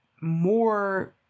more